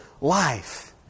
life